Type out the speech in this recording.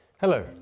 Hello